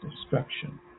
destruction